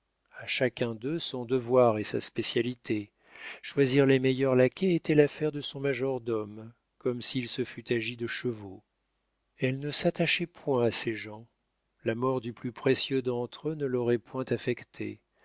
à chacun d'eux son devoir et sa spécialité choisir les meilleurs laquais était l'affaire de son majordome comme s'il se fût agi de chevaux elle ne s'attachait point à ses gens la mort du plus précieux d'entre eux ne l'aurait point affectée